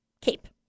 cape